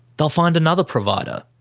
they'll find another provider.